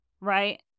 right